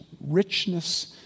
richness